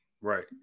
Right